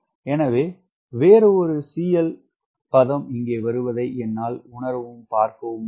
எனவே வேறொரு CL பதம் இங்கே வருவதை என்னால் உணரவும் பார்க்கவும் முடியும்